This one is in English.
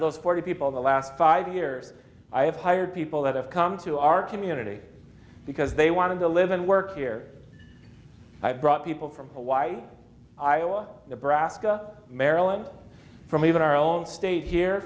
was forty people the last five years i have hired people that have come to our community because they want to live and work here i've brought people from hawaii iowa nebraska maryland from even our own state here